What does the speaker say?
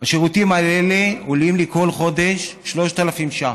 השירותים האלה עולים לי כל חודש 3,000 ש"ח.